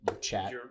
chat